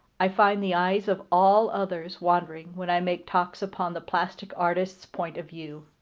i find the eyes of all others wandering when i make talks upon the plastic artist's point of view.